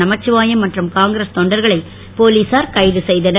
நமச்சிவாயம் மற்றும் காங்கிரஸ் தொண்டர்களை போலீசார் கைது செய்தனர்